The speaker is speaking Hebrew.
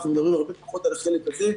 אנחנו מדברים הרבה פחות על החלק הזה,